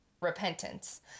repentance